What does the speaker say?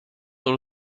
all